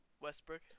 Westbrook